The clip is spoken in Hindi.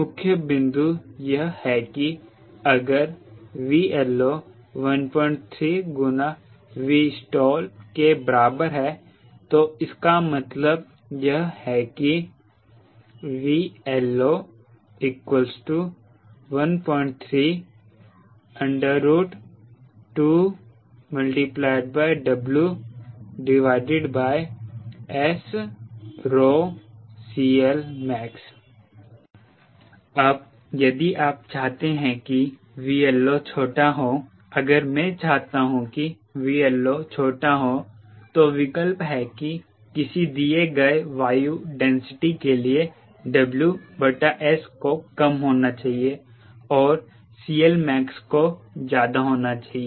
मुख्य बिंदु यह है की अगर 𝑉LO 13 गुना Vstall के बराबर है तो इसका मतलब यह है कि VLO 13 2WSCL max अब यदि आप चाहते हैं कि 𝑉LO छोटा हो अगर मैं चाहता हूं कि 𝑉LO छोटा हो तो विकल्प है कि किसी दिए गए वायु डेंसिटी के लिए WS को कम होना चाहिए और CLmax को ज्यादा होना चाहिए